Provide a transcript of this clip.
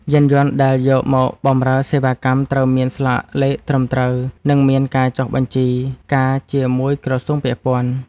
យានយន្តដែលយកមកបម្រើសេវាកម្មត្រូវមានស្លាកលេខត្រឹមត្រូវ និងមានការចុះបញ្ជីការជាមួយក្រសួងពាក់ព័ន្ធ។